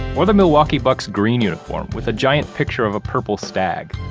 or, the milwaukee bucks green uniform with a giant picture of a purple stag.